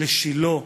לשילה,